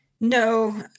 No